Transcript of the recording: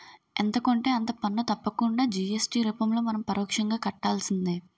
ఎంత కొంటే అంత పన్ను తప్పకుండా జి.ఎస్.టి రూపంలో మనం పరోక్షంగా కట్టాల్సిందే